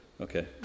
Okay